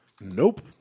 Nope